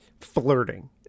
flirting